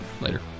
later